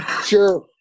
Sure